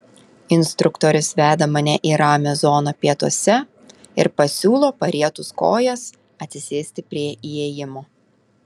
instruktorius veda mane į ramią zoną pietuose ir pasiūlo parietus kojas atsisėsti prie įėjimo